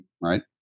right